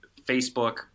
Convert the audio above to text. Facebook